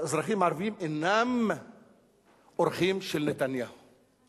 האזרחים הערבים אינם אורחים של נתניהו